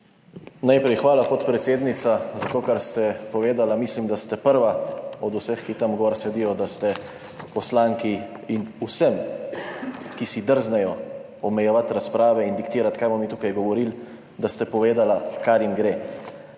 Najprej hvala, podpredsednica, za to, kar ste povedali. Mislim, da ste prvi od vseh, ki tam gori sedijo, da ste poslanki in vsem, ki si drznejo omejevati razprave in diktirati, kaj bomo mi tukaj govorili, povedali, kar jim gre.